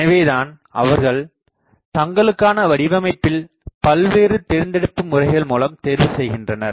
எனவேதான் அவர்கள் தங்களுக்கான வடிவமைப்பில் பல்வேறு தேர்ந்தெடுப்பு முறைகள் மூலம் தேர்வு செய்கின்றனர்